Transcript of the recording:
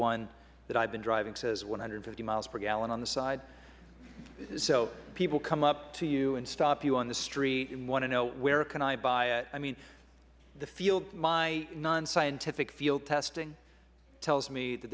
one that i have been driving says one hundred and fifty miles per gallon on the side so people come up to you and stop you on the street and want to know where can i buy it i mean my nonscientific field testing tells me th